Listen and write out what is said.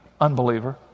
unbeliever